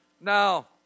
Now